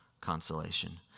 consolation